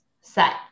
set